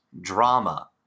drama